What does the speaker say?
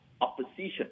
opposition